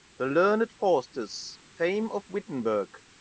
the learned faustus, fame of wittenberg,